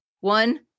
one